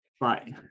Bye